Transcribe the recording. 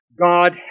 God